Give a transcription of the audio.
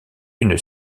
une